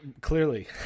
clearly